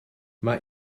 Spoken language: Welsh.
mae